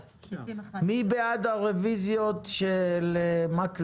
מי בעד הרביזיות של חבר הכנסת מקלב,